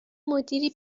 مدیری